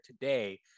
today